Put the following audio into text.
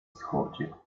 wschodzie